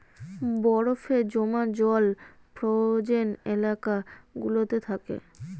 বরফে জমা জল ফ্রোজেন এলাকা গুলোতে থাকে